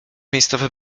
miejscowy